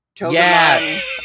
Yes